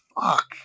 fuck